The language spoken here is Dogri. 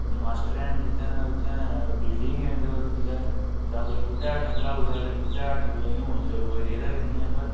जां मास्टर हैन जि'त्थें तां उ'त्थें बिल्डिंग गै निं ते उत्त कुदै जां कुदै बूह्टे हेठ पढ़ाउड़ेआ ते बूह्टे हेठ बी नेईं होन ते चलो ते चलो कोई रेह् दा गै निं ऐ पर